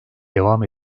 devam